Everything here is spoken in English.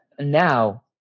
Now